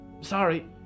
Sorry